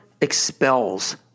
expels